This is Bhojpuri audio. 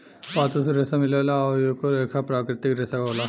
पातो से रेसा मिलेला आ इहो एक लेखा के प्राकृतिक रेसा होला